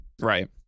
Right